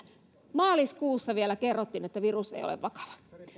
maaliskuussa vielä kerrottiin että virus ei ole vakava